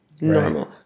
Normal